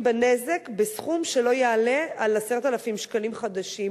בנזק בסכום שלא יעלה על 10,000 שקלים חדשים,